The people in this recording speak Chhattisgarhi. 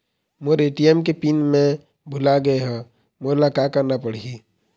मोर ए.टी.एम के पिन मैं भुला गैर ह, मोला का करना पढ़ही?